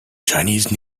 chinese